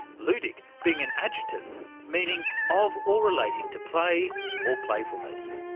ludic being an adjective meaning of or relating to play or playfulness.